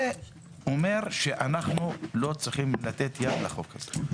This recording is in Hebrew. זה אומר שאנחנו לא צריכים לתת יד לחוק הזה.